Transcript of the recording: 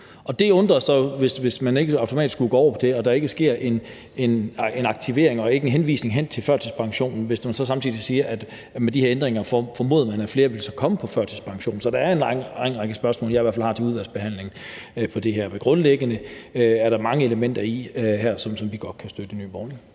de her mennesker ikke automatisk går over på det og der ikke sker en aktivering og en henvisning til førtidspension, når man samtidig siger, at med de her ændringer formoder man, at flere vil komme på førtidspension. Så der er i hvert fald en lang række spørgsmål, jeg har til udvalgsbehandlingen, om det her. Men grundlæggende er der mange elementer i her, som vi godt kan støtte i Nye Borgerlige.